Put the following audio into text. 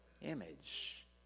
image